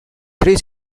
three